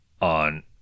on